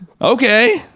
okay